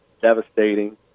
devastating